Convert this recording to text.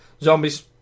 Zombies